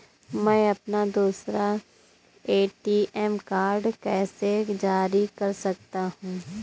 मैं अपना दूसरा ए.टी.एम कार्ड कैसे जारी कर सकता हूँ?